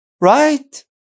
right